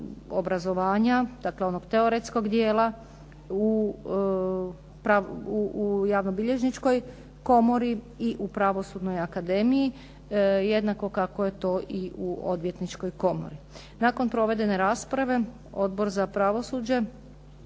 obrazovanja, dakle onog teoretskog dijela u javnobilježničkoj komori i u pravosudnoj akademiji jednako kako je to i u odvjetničkoj komori. Nakon provedene rasprave Odbor za pravosuđe